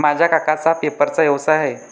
माझ्या काकांचा पेपरचा व्यवसाय आहे